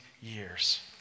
years